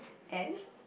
and